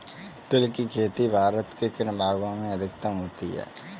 तिल की खेती भारत के किन भागों में अधिकतम होती है?